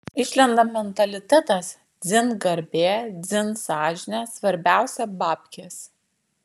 išlenda mentalitetas dzin garbė dzin sąžinė svarbiausia babkės